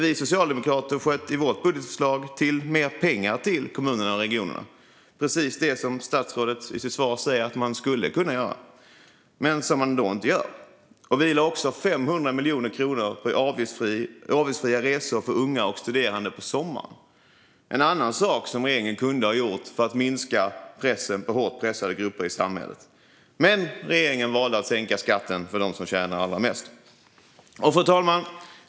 Vi socialdemokrater sköt i vårt budgetförslag till mer pengar till kommunerna och regionerna, precis som statsrådet i sitt svar säger att man skulle kunna göra men som man inte gör. Vi lade också 500 miljoner kronor på avgiftsfria resor för unga och studerande på sommaren. Det är en annan sak som regeringen hade kunnat göra för att minska pressen på hårt pressade grupper i samhället. Men regeringen valde att sänka skatten för dem som tjänar allra mest. Fru talman!